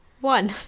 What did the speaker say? One